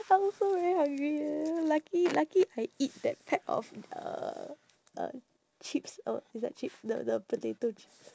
I'm also very hungry eh lucky lucky I eat that pack of uh uh chips uh is that chips the the potato chips